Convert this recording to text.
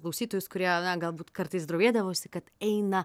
klausytojus kurie na galbūt kartais drovėdavosi kad eina